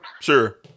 sure